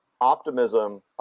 optimism